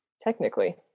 Technically